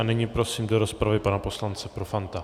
A nyní prosím do rozpravy pana poslance Profanta.